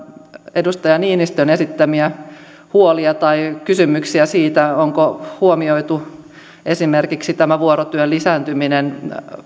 edustaja niinistön esittämiä huolia tai kysymyksiä siitä onko huomioitu esimerkiksi tämä vuorotyön lisääntyminen